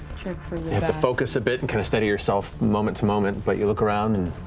have to focus a bit and kind of steady yourself moment to moment, but you look around and,